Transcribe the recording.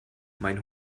mein